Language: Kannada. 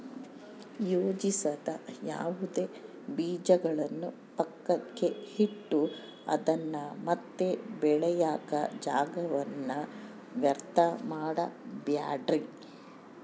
ಯೋಜಿಸದ ಯಾವುದೇ ಬೀಜಗಳನ್ನು ಪಕ್ಕಕ್ಕೆ ಇಟ್ಟು ಅದನ್ನ ಮತ್ತೆ ಬೆಳೆಯಾಕ ಜಾಗವನ್ನ ವ್ಯರ್ಥ ಮಾಡಬ್ಯಾಡ್ರಿ